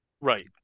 Right